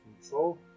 control